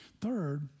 Third